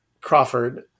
Crawford